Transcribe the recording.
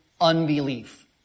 unbelief